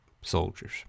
soldiers